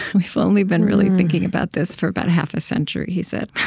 we've only been really thinking about this for about half a century, he said